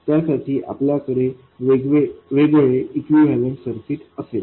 त्यासाठी आपल्याकडे वेगळे इक्विवलन्ट सर्किट असेल